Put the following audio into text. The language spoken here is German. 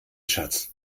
schatz